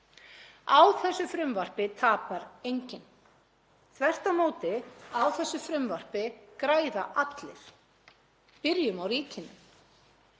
Á þessu frumvarpi tapar enginn, þvert á móti. Á þessu frumvarpi græða allir. Byrjum á ríkinu.